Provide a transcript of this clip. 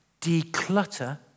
Declutter